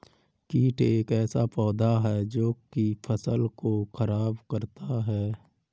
कीट एक ऐसा पौधा है जो की फसल को खराब करता है